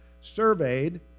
surveyed